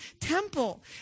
temple